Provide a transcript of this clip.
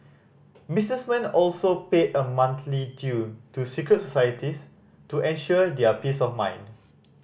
businessmen also paid a monthly due to secret societies to ensure their peace of mind